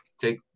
take